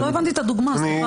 לא הבנתי את הדוגמה, סליחה.